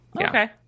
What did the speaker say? Okay